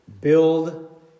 build